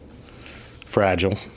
Fragile